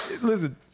listen